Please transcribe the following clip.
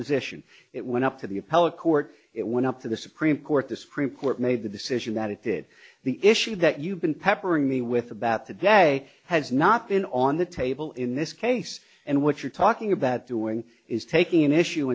disposition it went up to the appellate court it went up to the supreme court the supreme court made the decision that it did the issue that you've been peppering me with about today has not been on the table in this case and what you're talking about doing is taking an issue